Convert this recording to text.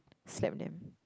slap them